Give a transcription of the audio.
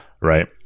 Right